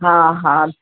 हा हा